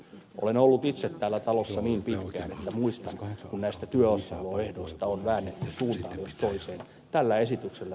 olen ollut itse täällä talossa niin pitkään että muistan kun näistä työssäoloehdoista on väännetty suuntaan jos toiseen